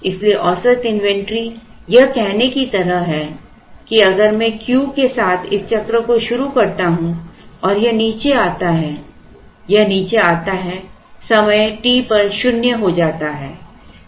इसलिए औसत इन्वेंट्री यह कहने की तरह है कि अगर मैं Q के साथ इस चक्र को शुरू करता हूं तो यह नीचे आता है यह नीचे आता है समय टी पर शून्य हो जाता है